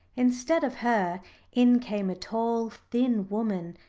instead of her in came a tall, thin woman,